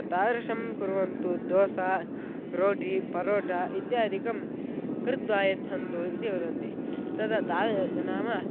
तादृशं कुर्वन्तु दोसा रोटि परोटा इत्यादिकं कृत्वा यच्छन्तु इति वदन्ति तदा ता नाम